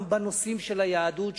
גם בנושאים של היהדות,